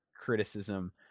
criticism